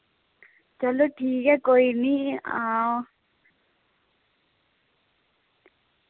चलो ठीक ऐ कोई निं आं